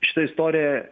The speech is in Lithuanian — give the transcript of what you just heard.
šita istorija